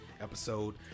episode